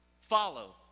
Follow